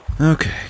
Okay